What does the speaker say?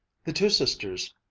the two sisters,